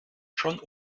schon